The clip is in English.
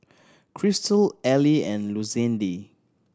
Christel Ely and Lucindy